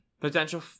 potential